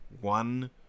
one